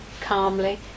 Calmly